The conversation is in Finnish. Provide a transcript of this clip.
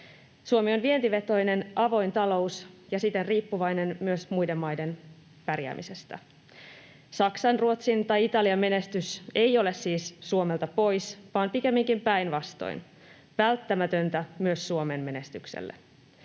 Suomi on vientivetoinen, avoin talous ja siten riippuvainen myös muiden maiden pärjäämisestä. Saksan, Ruotsin tai Italian menestys ei ole siis Suomelta pois, vaan pikemminkin päinvastoin, välttämätöntä myös Suomen menestykselle.